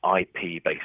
IP-based